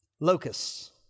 Locusts